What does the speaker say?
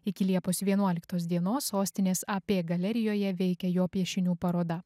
iki liepos vienuoliktos dienos sostinės ap galerijoje veikia jo piešinių paroda